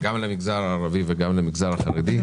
-- גם למגזר הערבי וגם למגזר החרדי.